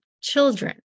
children